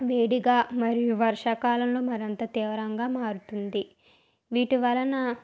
వేడిగా మరి వర్షాకాలంలో మరింత తీవ్రంగా మారుతుంది వీటి వలన